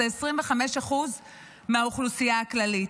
הם 25% מהאוכלוסייה הכללית.